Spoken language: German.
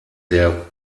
der